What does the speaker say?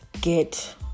get